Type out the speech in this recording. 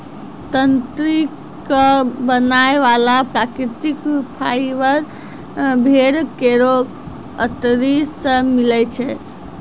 तंत्री क बनाय वाला प्राकृतिक फाइबर भेड़ केरो अतरी सें मिलै छै